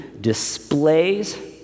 displays